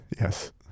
Yes